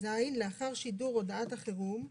"(ז) לאחר שידור הודעת החירום,